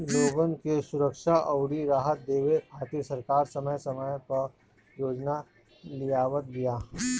लोगन के सुरक्षा अउरी राहत देवे खातिर सरकार समय समय पअ योजना लियावत बिया